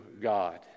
God